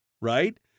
right